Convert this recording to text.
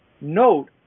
note